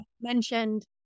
mentioned